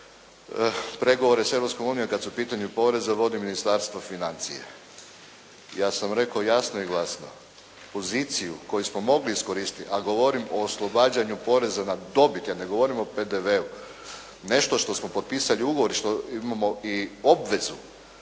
unijom, kada su u pitanju porezi, vodi Ministarstvo financija. Ja sam rekao jasno i glasno, poziciju koju smo mogli iskoristiti, a govorim o oslobađanju poreza na dobit, ja ne govorim o PDV-u. Nešto što smo potpisali ugovor i što imamo obvezu,